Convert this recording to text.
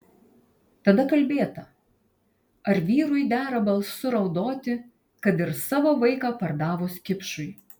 tada kalbėta ar vyrui dera balsu raudoti kad ir savo vaiką pardavus kipšui